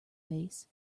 bass